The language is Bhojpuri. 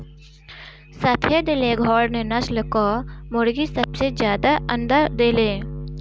सफ़ेद लेघोर्न नस्ल कअ मुर्गी सबसे ज्यादा अंडा देले